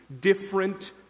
different